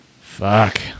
Fuck